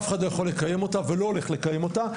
אף אחד לא יכול לקיים אותה ולא הולך לקיים אותה,